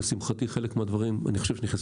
אני חושב שחלק מהדברים נכנסו,